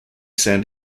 san